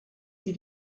sie